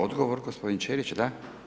Odgovor, gospodin Ćelić, da.